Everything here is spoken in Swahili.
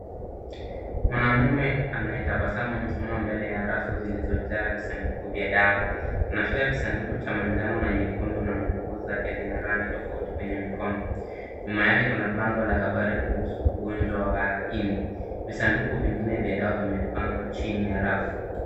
Mwanamume anayetabasamu amesimama mbele ya rafu zilizojaa visanduku vya dawa. Anashika kisanduku cha manjano na nyekundu na nguo zake zina rangi tofauti kwenye mikono. Nyuma yake kuna bango la habari kuhusu ugonjwa wa ini .Visanduku vingine vya dawa vimepangwa chini ya rafu.